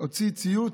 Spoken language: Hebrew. הוציא ציוץ,